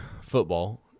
football